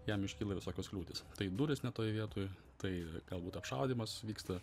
jam iškyla visokios kliūtys tai durys ne toj vietoj tai galbūt apšaudymas vyksta